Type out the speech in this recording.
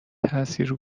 تأثیر